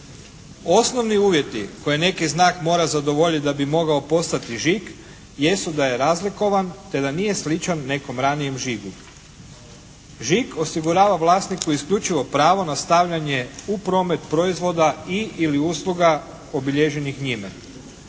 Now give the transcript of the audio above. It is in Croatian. Osnovni uvjeti koje neki znak mora zadovoljiti da bi mogao postati žig jesu da je razlikovan te da nije sličan nekom ranijem žigu. Žig osigurava vlasniku isključivo pravo na stavljanje u promet proizvoda i ili usluga obilježenih njime.